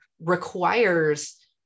requires